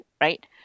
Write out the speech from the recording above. right